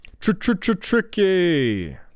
Tricky